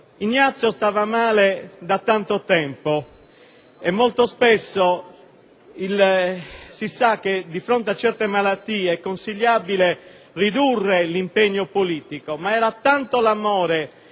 Ignazio stava male da molto tempo; spesso, di fronte a certe malattie, è consigliabile ridurre l'impegno politico, ma era tanto l'amore